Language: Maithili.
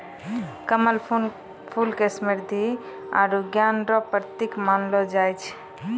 कमल फूल के समृद्धि आरु ज्ञान रो प्रतिक मानलो जाय छै